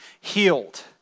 healed